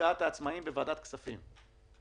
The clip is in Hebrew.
לחקיקת העצמאים בוועדת הכספים.